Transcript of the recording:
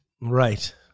Right